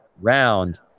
round